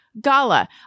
Gala